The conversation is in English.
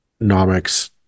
nomics